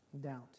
doubt